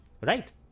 right